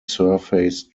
surface